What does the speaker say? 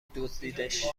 دزدیدش